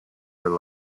her